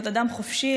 להיות אדם חופשי,